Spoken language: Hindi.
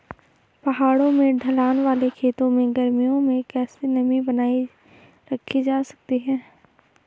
पहाड़ों में ढलान वाले खेतों में गर्मियों में कैसे नमी बनायी रखी जा सकती है?